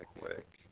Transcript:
quick